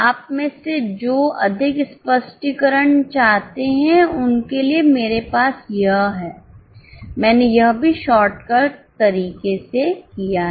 आप में से जो अधिक स्पष्टीकरण चाहते हैंउनके लिए मेरे पास यह है मैंने यह भी शॉर्ट कट तरीके से किया है